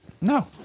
no